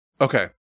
okay